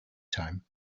time